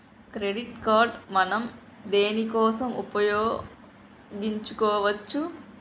Credit card మనం దేనికోసం ఉపయోగించుకోవచ్చు?